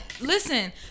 listen